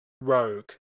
rogue